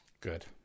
Good